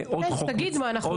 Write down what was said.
עוד חוק --- תגיד מה אנחנו עוברים.